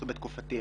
בתקופתי,